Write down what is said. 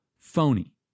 phony